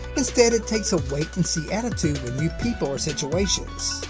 instead, it takes a wait-and-see attitude with new people or situations.